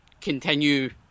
continue